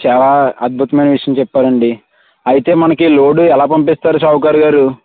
చాలా అద్భుతమయిన విషయం చెప్పారండీ అయితే మనకి లోడ్ ఎలా పంపిస్తారు షావుకార్ గారు